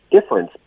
difference